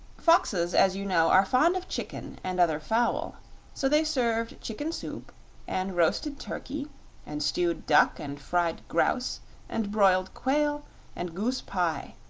foxes, as you know, are fond of chicken and other fowl so they served chicken soup and roasted turkey and stewed duck and fried grouse and broiled quail and goose pie,